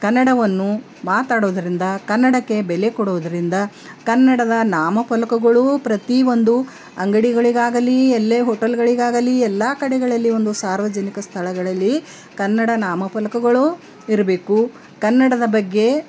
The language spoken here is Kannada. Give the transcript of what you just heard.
ಕನ್ನಡವನ್ನು ಮಾತಾಡೋದರಿಂದ ಕನ್ನಡಕ್ಕೆ ಬೆಲೆ ಕೊಡೋದರಿಂದ ಕನ್ನಡದ ನಾಮಪಲಕಗಳು ಪ್ರತಿ ಫಒಂದು ಅಂಗಡಿಗಳಿಗಾಗಲೀ ಎಲ್ಲೇ ಹೋಟೆಲ್ಗಳಿಗಾಗಲೀ ಎಲ್ಲ ಕಡೆಗಳಲ್ಲಿ ಒಂದು ಸಾರ್ವಜನಿಕ ಸ್ಥಳಗಳಲ್ಲಿ ಕನ್ನಡ ನಾಮಫಲಕಗಳು ಇರಬೇಕು ಕನ್ನಡದ ಬಗ್ಗೆ